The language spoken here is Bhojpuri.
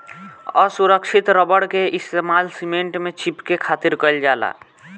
असुरक्षित रबड़ के इस्तेमाल सीमेंट में चिपके खातिर कईल जाला